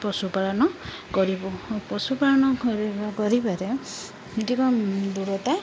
ପଶୁପାଳନ କରିବୁ ପଶୁପାଳନ କରିବାରେ ଅଧିକ ଦୂରତା